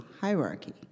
hierarchy